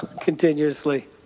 continuously